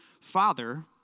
Father